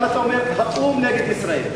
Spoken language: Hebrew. אבל אתה אומר: האו"ם נגד ישראל,